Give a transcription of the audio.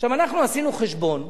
אנחנו עשינו חשבון,